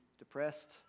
depressed